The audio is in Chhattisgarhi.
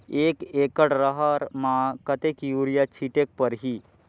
एक एकड रहर म कतेक युरिया छीटेक परही?